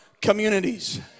communities